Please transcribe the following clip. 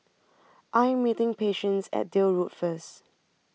I'm meeting Patience At Deal Road First